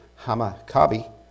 Hamakabi